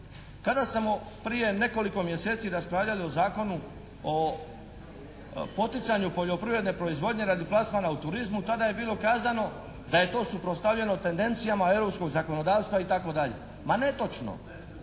Kada smo prije nekoliko mjeseci raspravljali o Zakonu o poticanju poljoprivredne proizvodnje radi plasmana u turizmu tada je bilo kazano da je to suprotstavljeno tendencijama europskog zakonodavstva, itd. Ma netočno.